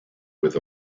with